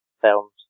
films